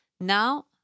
Now